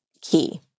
key